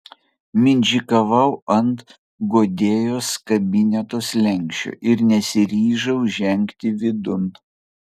mindžikavau ant guodėjos kabineto slenksčio ir nesiryžau žengti vidun